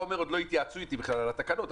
אומר: עוד לא התייעצו אתי בכלל על התקנות.